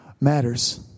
matters